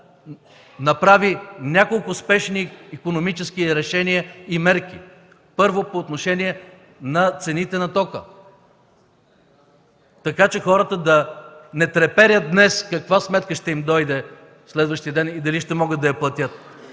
направи няколко спешни икономически решения и мерки. Първо, по отношение на цените на тока, така че хората да не треперят днес каква сметка ще им дойде следващия ден и дали ще могат да я платят.